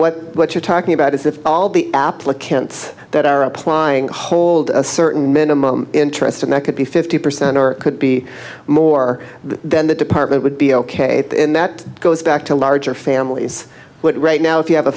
what what you're talking about is that all the applicants that are applying hold a certain minimum interest and that could be fifty percent or could be more then the department would be ok and that goes back to larger families but right now if you have a